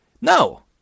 No